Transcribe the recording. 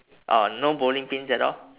oh no bowling pins at all